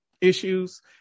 issues